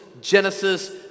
Genesis